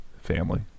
family